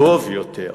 טוב יותר.